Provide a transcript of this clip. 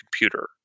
computer